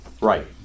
Right